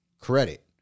Credit